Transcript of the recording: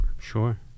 sure